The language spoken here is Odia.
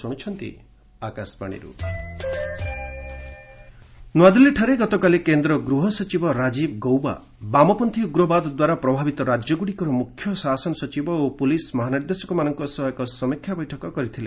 ହୋମ୍ ସେକ୍ରେଟାରୀ ନ୍ରଆଦିଲ୍ଲୀଠାରେ ଗତକାଲି କେନ୍ଦ୍ର ଗୃହ ସଚିବ ରାଜୀବ ଗୌବା ବାମପନ୍ତୁ ଉଗ୍ରବାଦ ଦ୍ୱାରା ପ୍ରଭାବିତ ରାଜ୍ୟଗ୍ରଡ଼ିକର ମ୍ରଖ୍ୟଶାସନ ସଚିବ ଓ ପ୍ରଲିସ୍ ମହାନିର୍ଦ୍ଦେଶକମାନଙ୍କ ସହ ଏକ ସମୀକ୍ଷା ବୈଠକ କରିଥିଲେ